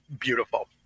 beautiful